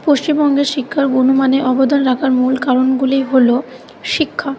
পশ্চিমবঙ্গে শিক্ষার গুণমানে অবদান রাখার মূল কারণগুলি হলো শিক্ষা